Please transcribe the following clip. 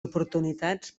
oportunitats